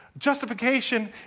justification